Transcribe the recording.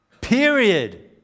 period